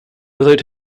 without